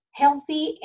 healthy